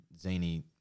zany